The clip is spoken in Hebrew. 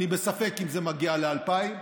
אני בספק אם זה מגיע ל-2,000.